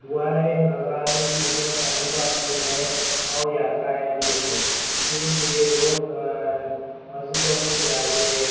دعائیں نذرانے بھی ہیں تقریبات بھی ہیں اور یاترائیں بھی ہیں کیونکہ لوگ مسجدوں میں جا کے